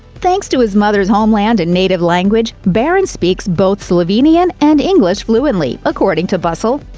thanks to his mother's homeland and native language, barron speaks both slovenian and english fluently, according to bustle.